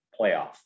playoff